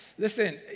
Listen